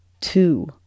two